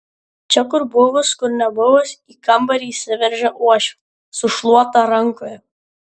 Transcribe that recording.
čia kur buvus kur nebuvus į kambarį įsiveržia uošvė su šluota rankoje